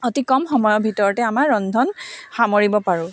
অতি কম সময়ৰ ভিতৰতে আমাৰ ৰন্ধন সামৰিব পাৰোঁ